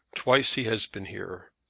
twice he has been here.